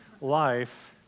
life